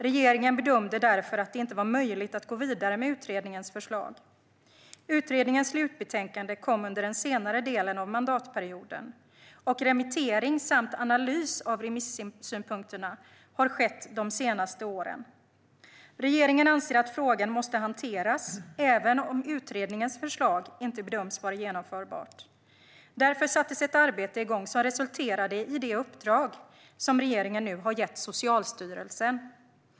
Regeringen bedömde därför att det inte var möjligt att gå vidare med utredningens förslag. Utredningens slutbetänkande kom under den tidigare delen av mandatperioden, och remittering och analys av remissynpunkterna har skett under de senaste åren. Regeringen anser att frågan måste hanteras även om utredningens förslag inte bedöms vara genomförbart. Därför sattes ett arbete igång som resulterade i det uppdrag som regeringen nu har gett till Socialstyrelsen.